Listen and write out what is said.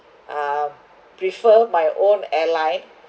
uh prefer my own airline